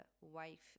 wife